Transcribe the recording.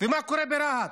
ומה קורה ברהט,